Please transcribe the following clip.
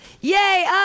yay